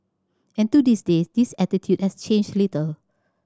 and to this day this attitude has changed little